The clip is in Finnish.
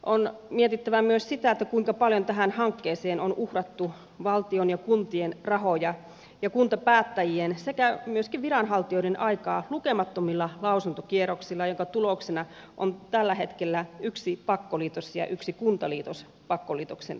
on mietittävä myös sitä kuinka paljon tähän hankkeeseen on uhrattu valtion ja kuntien rahoja ja kuntapäättäjien sekä myöskin viranhaltijoiden aikaa lukemattomilla lausuntokierroksilla minkä tuloksina on tällä hetkellä yksi pakkoliitos ja yksi kuntaliitos pakkoliitoksen uhatessa